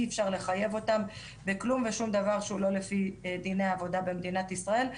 אי אפשר לחייב אותם בכלום ושום דבר שהוא לא לפי החוק במדינת ישראל.